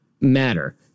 matter